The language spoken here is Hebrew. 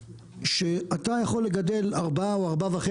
שאתה יכול לגדל 4 או 4.5